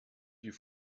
die